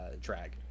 drag